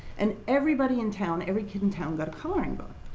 and everybody in town, every kid in town, got a coloring book.